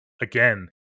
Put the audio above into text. again